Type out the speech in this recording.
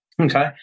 okay